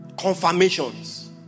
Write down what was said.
Confirmations